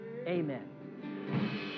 amen